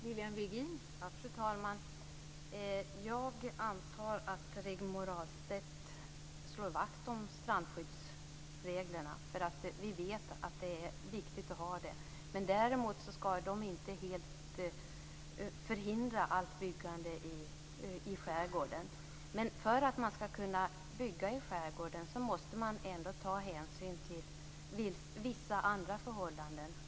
Fru talman! Jag antar att Rigmor Ahlstedt slår vakt om strandskyddsreglerna därför att vi vet att de är viktiga. Däremot skall de inte helt förhindra allt byggande i skärgården. För att man skall kunna bygga i skärgården måste man ändå ta hänsyn till vissa andra förhållanden.